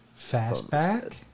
Fastback